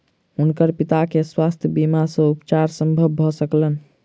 हुनकर पिता के स्वास्थ्य बीमा सॅ उपचार संभव भ सकलैन